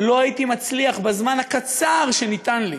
לא הייתי מצליח, בזמן הקצר שניתן לי,